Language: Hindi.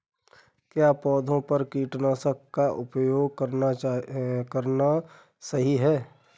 क्या पौधों पर कीटनाशक का उपयोग करना सही है?